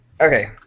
Okay